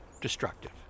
destructive